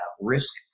risk